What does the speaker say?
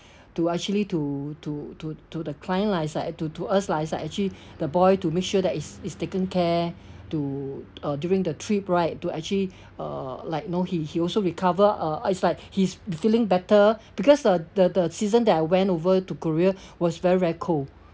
to actually to to to to the client lah to to us lah are actually the boy to make sure that he's he's taken care to uh during the trip right to actually uh like know he he also recover uh it's like he's feeling better because uh the the season that I went over to korea was very very cold